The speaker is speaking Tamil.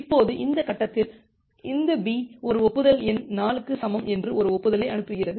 இப்போது இந்த கட்டத்தில் இந்த B இது ஒப்புதல் எண் 4 க்கு சமம் என்று ஒரு ஒப்புதலை அனுப்புகிறது